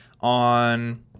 on